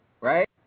right